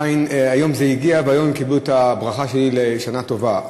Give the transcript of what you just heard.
היום זה הגיע והיום הם קיבלו את הברכה שלי לשנה טובה.